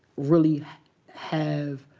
really have,